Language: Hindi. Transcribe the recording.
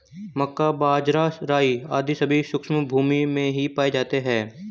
मक्का, बाजरा, राई आदि सभी शुष्क भूमी में ही पाए जाते हैं